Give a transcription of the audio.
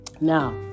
Now